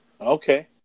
Okay